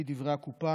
לפי דברי הקופה,